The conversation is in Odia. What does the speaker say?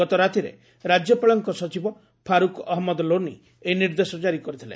ଗତ ରାତିରେ ରାଜ୍ୟପାଳଙ୍କ ସଚିବ ଫାରୁକ ଅହମ୍ମଦ ଲୋନି ଏହି ନିର୍ଦ୍ଦେଶ କାରି କରିଥିଲେ